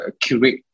curate